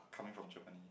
coming from Germany